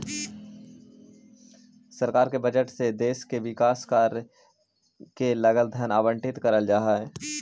सरकार के बजट से देश के विकास कार्य के लगल धन आवंटित करल जा हई